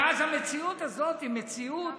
ואז המציאות הזאת היא מציאות